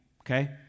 okay